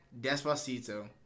Despacito